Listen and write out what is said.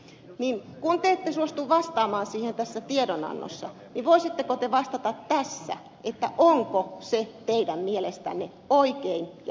kun te ette suostu vastaamaan siihen tässä tiedonannossa niin voisitteko te vastata tässä onko se teidän mielestänne oikein ja hyväksyttävää